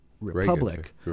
republic